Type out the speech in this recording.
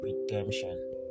redemption